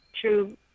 true